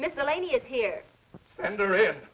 miscellaneous here and there is